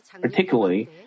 particularly